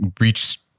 reach